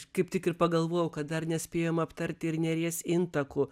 kaip tik ir pagalvojau kad dar nespėjom aptarti ir neries intakų